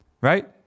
right